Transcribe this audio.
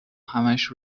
همش